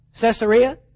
Caesarea